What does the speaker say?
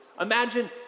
Imagine